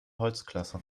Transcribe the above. holzklasse